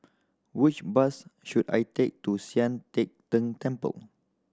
which bus should I take to Sian Teck Tng Temple